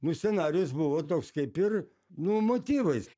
nu scenarijus buvo toks kaip ir nu motyvais